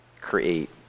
create